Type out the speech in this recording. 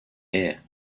air